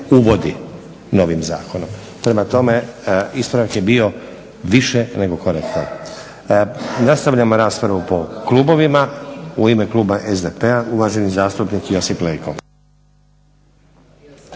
uvodi novim zakonom. Prema tome, ispravak je bio više nego korektan. Nastavljamo raspravu po klubovima. U ime kluba SDP-a uvaženi zastupnik Josip Leko.